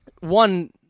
one